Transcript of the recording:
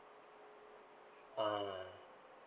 ah